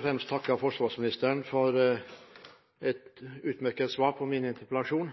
fremst takke forsvarsministeren for et utmerket svar på min interpellasjon.